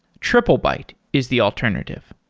triplebyte is the alternative.